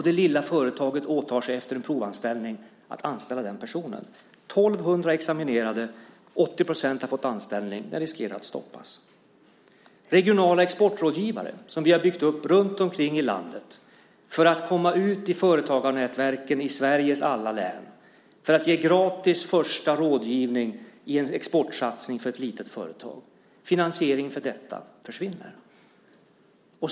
Det lilla företaget åtar sig att efter en provanställning anställa den personen. Det finns 1 200 examinerade. 80 % av dem har fått anställning. Denna utbildning riskerar att stoppas. Vi har byggt upp en organisation med regionala exportrådgivare runtomkring i landet för att komma ut i företagarnätverken i Sveriges alla län, för att ge gratis första rådgivning i en exportsatsning i ett litet företag. Finansieringen för detta försvinner.